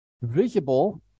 visible